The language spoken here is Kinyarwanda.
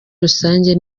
rusange